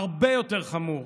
הרבה יותר חמור: